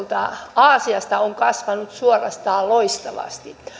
aasiasta on kasvanut suorastaan loistavasti